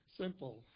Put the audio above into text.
simple